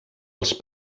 els